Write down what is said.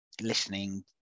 listening